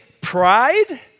pride